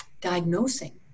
diagnosing